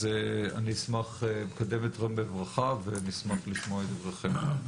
אני אשמח לקדם אתכם בברכה ונשמח לשמוע את דבריכם.